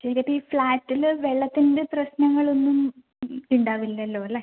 ചെയ്തിട്ട് ഈ ഫ്ലാറ്റിൽ വെള്ളത്തിൻ്റെ പ്രശ്നങ്ങൾ ഒന്നും ഉണ്ടാവില്ലല്ലോ അല്ലേ